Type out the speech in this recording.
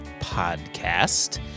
podcast